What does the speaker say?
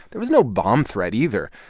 there was no bomb threat, either.